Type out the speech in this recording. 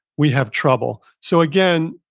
we have trouble. so again,